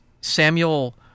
Samuel